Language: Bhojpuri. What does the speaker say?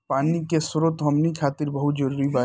पानी के स्रोत हमनी खातीर बहुत जरूरी बावे